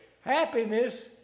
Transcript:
Happiness